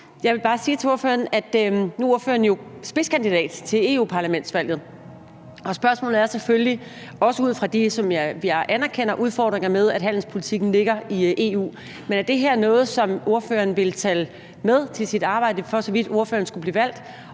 Jeg vil bare sige, at nu er ordføreren jo spidskandidat til europaparlamentsvalget, og spørgsmålet er selvfølgelig – også ud fra de udfordringer, som jeg anerkender der er med, at handelspolitikken ligger i EU – om det her er noget, som ordføreren vil tage med til sit arbejde, for så vidt ordføreren skulle blive valgt,